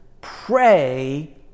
pray